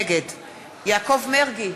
נגד יעקב מרגי,